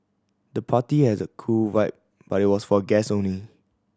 the party has a cool vibe but was for guest only